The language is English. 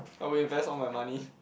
I will invest all my money